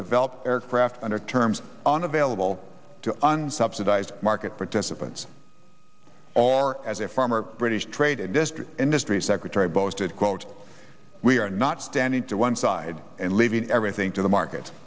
develop aircraft under terms unavailable to unsubsidized market participants or as a farmer british trade and industry secretary boasted quote we are not standing to one side and leaving everything to the market